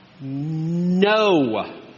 No